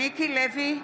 מיקי לוי,